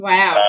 Wow